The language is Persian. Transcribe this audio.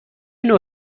نوع